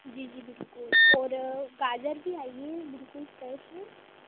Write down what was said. जी जी बिल्कुल और गाजर भी आई है बिल्कुल फ्रेश